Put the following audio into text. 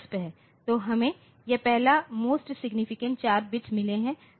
तो हमें यह पहला मोस्ट सिग्नीफिकेंट 4 बिट्स मिले है